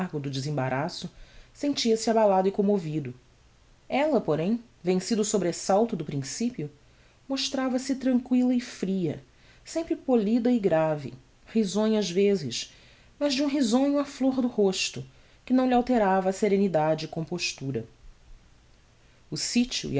do desembaraço sentia-se abalado e commovido ella porém vencido o sobresalto do principio mostrava-se tranquilla e fria sempre polida e grave risonha ás vezes mas de um risonho á flor do rosto que não lhe alterava a serenidade e compostura o sitio